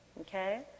okay